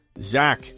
Zach